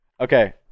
Okay